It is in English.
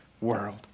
world